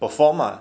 perform ah